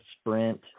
sprint